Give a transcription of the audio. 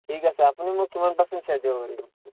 ঠিক আছে আপুনি মোক কিমান পাৰ্চেন্ট শ্বেয়াৰ দিব পাৰিব